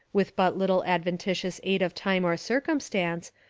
with but little ad ventitious aid of time or circumstance,